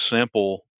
simple